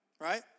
Right